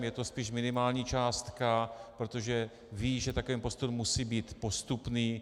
Je to spíš minimální částka, protože vím, že takový postup musí být postupný.